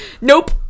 Nope